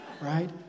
right